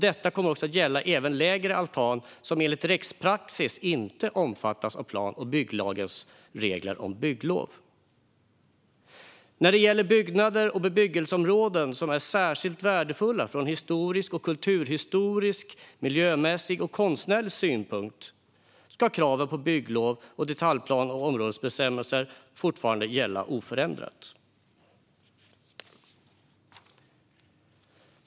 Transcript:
Detta gäller även en lägre altan som enligt rättspraxis inte omfattas av plan och bygglagens regler om bygglov. När det gäller byggnader och bebyggelseområden som är särskilt värdefulla från historisk, kulturhistorisk, miljömässig eller konstnärlig synpunkt ska kraven på bygglov och detaljplan och områdesbestämmelser fortfarande gälla oförändrat.